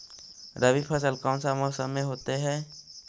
रवि फसल कौन सा मौसम में होते हैं?